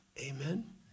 amen